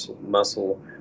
muscle